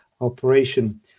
operation